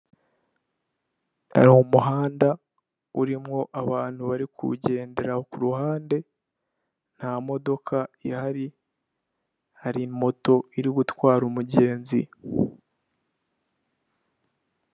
Hari umuhanda urimo abantu bari kuwugendera kuruhande nta modokahari hari moto iri gutwara umugenzi.